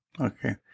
Okay